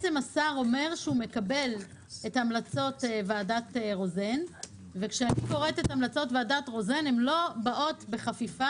כשאני קוראת את המלצות ועדת רוזן הן לא באות בחפיפה